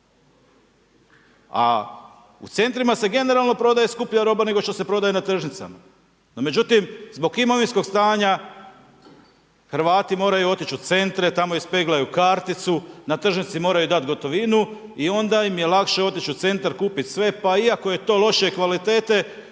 A u centrima se generalno prodaje skuplja roba nego što se prodaje na tržnicama. No međutim, zbog imovinskog stanja, Hrvati moraju otići u centre, tamo ispeglaju karticu, na tržnici moraju dati gotovinu i onda im je lakše otići u centar, kupit sve pa iako je to lošije kvalitete